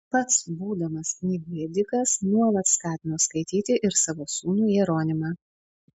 pats būdamas knygų ėdikas nuolat skatino skaityti ir savo sūnų jeronimą